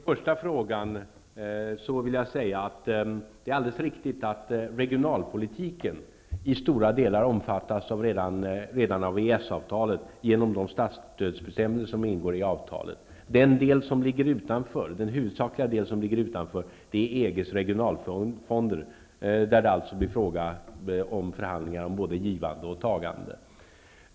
Fru talman! Som svar på den första frågan vill jag säga att det är riktigt att regionalpolitiken redan omfattas av EES-avtalet genom de statsstödsbestämmelser som ingår i avtalet. Den huvudsakliga delen som ligger utanför gäller EG:s regionalfonder, där det blir fråga om förhandlingar om både givande och tagande.